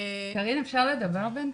אני ורדה מלכה,